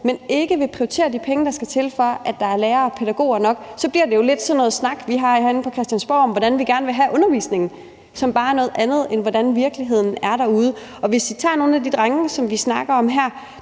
man ikke vil prioritere de penge, der skal til, for at der er lærere og pædagoger nok, så lidt bliver til sådan noget snak, vi har herinde på Christiansborg, om, hvordan vi gerne vil have at undervisningen er, hvilket bare er noget andet, end hvordan virkeligheden derude er. Vi kan tage nogle af de drenge, som vi snakker om her.